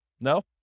No